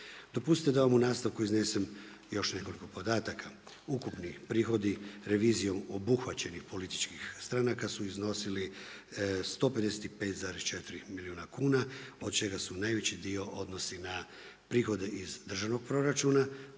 Dopustite da vam u nastavku iznesem još nekoliko podataka. Ukupni prihodi revizijom obuhvaćenih političkih stranaka su iznosili 155,4 milijuna kuna od čega se najveći dio odnosi na prihode iz državnog proračuna,